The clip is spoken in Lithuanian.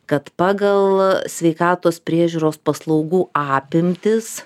kad pagal sveikatos priežiūros paslaugų apimtis